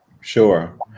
Sure